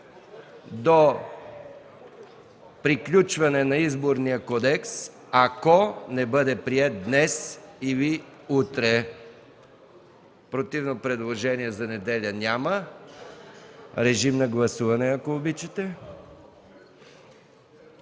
до приключване на Изборния кодекс, ако не бъде приет днес или утре. Противно предложение за неделя? Няма. Моля, гласувайте.